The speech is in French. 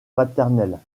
maternelles